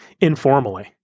informally